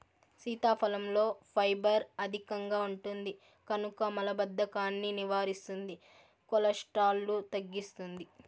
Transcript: సీతాఫలంలో ఫైబర్ అధికంగా ఉంటుంది కనుక మలబద్ధకాన్ని నివారిస్తుంది, కొలెస్ట్రాల్ను తగ్గిస్తుంది